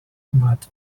but